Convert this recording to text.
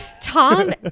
Tom